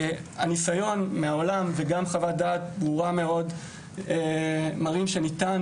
הניסיון מהעולם ומחוות דעת ברורה מראים שניתן